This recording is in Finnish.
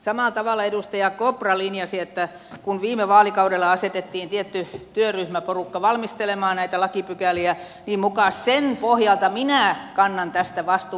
samalla tavalla edustaja kopra linjasi että kun viime vaalikaudella asetettiin tietty työryhmäporukka valmistelemaan näitä lakipykäliä niin muka sen pohjalta minä kannan tästä vastuun